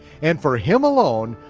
and for him alone,